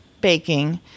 baking